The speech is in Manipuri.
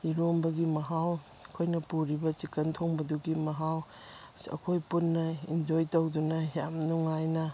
ꯏꯔꯣꯟꯕꯒꯤ ꯃꯍꯥꯎ ꯑꯩꯈꯣꯏꯅ ꯄꯨꯔꯤꯕ ꯆꯤꯛꯀꯟ ꯊꯣꯡꯕꯗꯨꯒꯤ ꯃꯍꯥꯎ ꯑꯩꯈꯣꯏ ꯄꯨꯟꯅ ꯏꯟꯖꯣꯏ ꯇꯧꯗꯨꯅ ꯌꯥꯝ ꯅꯨꯡꯉꯥꯏꯅ